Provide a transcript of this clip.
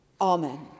Amen